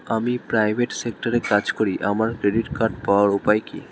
আমি প্রাইভেট সেক্টরে কাজ করি আমার ক্রেডিট কার্ড পাওয়ার উপায় কি?